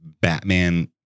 Batman